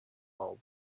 bulb